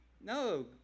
no